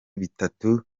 bitatu